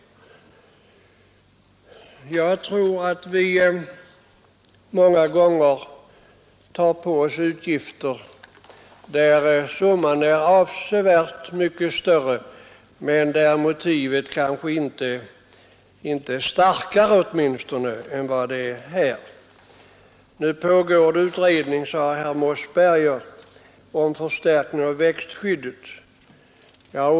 Jag tror att vi många gånger tar på oss avsevärt större utgifter utan att motivet är starkare än vad det är här. Det pågår en utredning om förstärkning av växtskyddet, sade herr Mossberger.